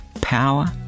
Power